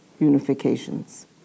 unifications